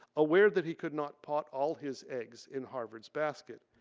aware that he could not put all his eggs in harvard's basket,